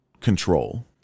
control